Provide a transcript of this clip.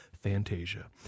Fantasia